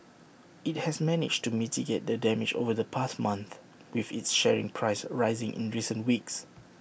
IT has managed to mitigate the damage over the past month with its sharing price rising in recent weeks